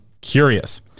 curious